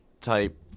type